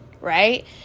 right